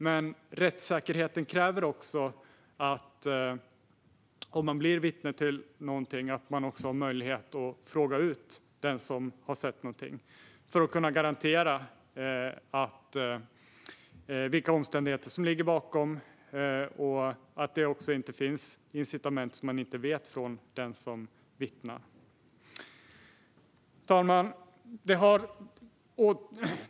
Men rättssäkerheten kräver att om någon blir vittne till någonting ska man ha möjlighet att fråga ut den för att få fram vilka omständigheter som ligger bakom och om det finns incitament för den som vittnar som man inte vet. Fru talman!